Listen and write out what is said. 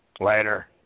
Later